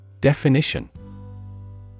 Definition